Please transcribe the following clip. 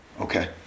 Okay